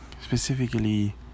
Specifically